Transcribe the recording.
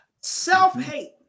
self-hate